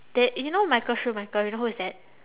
that you know michael schumacher you know who is that